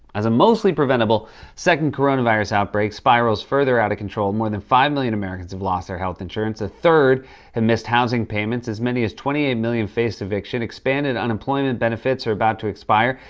as a mostly preventible second coronavirus outbreak spirals further out of control, more than five million americans have lost their health insurance, a third have missed housing payments, as many as twenty eight million face eviction. expanded unemployment benefits are about to expire.